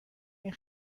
این